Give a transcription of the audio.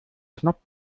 knopf